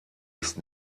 ist